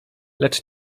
lecz